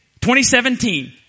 2017